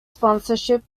sponsorship